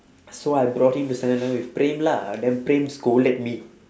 so I brought him to seven eleven with praem lah then praem scolded me